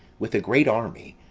with a great army,